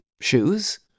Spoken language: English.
shoes